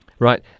Right